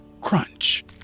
crunch